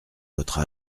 votre